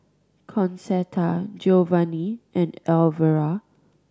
Concetta Geovanni and Alvera